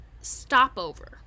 stopover